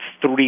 three